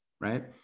Right